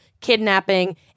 kidnapping